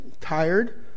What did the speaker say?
tired